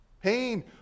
Pain